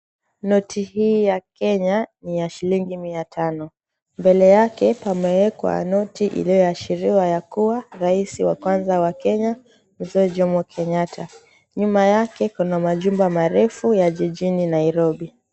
Noti hii ya Kenya ni ya shilingi mia tano. 𝑀bele yake k𝑢𝑚𝑒𝑤𝑒𝑘𝑤a noti inayo𝑎shiria kuwa rais wa kwanza wa Kenya mzee Jomo 𝐾𝑒𝑛𝑦𝑎𝑡𝑡𝑎. 𝑁yuma yake kuna majumba marefu ya jijini Nairobi.